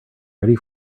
ready